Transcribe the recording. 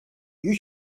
you